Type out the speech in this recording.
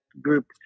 group